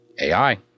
AI